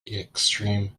extreme